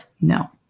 No